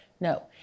No